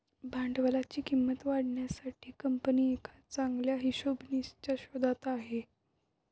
भांडवलाची किंमत काढण्यासाठी कंपनी एका चांगल्या हिशोबनीसच्या शोधात आहे